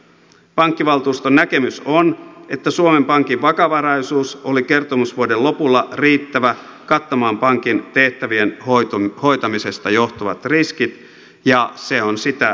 pankkivaltuuston näkemys on että suomen pankin vakavaraisuus oli kertomusvuoden lopulla riittävä kattamaan pankin tehtävien hoitamisesta johtuvat riskit ja se on sitä edelleen